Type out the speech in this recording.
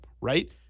Right